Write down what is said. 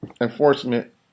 enforcement